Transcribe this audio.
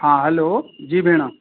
हा हल्लो जी भेण